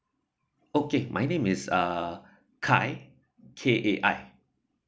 okay my name is uh kai K A I